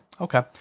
okay